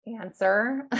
answer